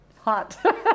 Hot